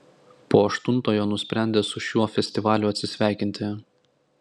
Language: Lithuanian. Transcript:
po aštuntojo nusprendė su šiuo festivaliu atsisveikinti